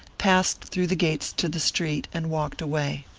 passed through the gates to the street and walked away.